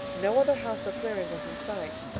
no other house or clearing was in sight.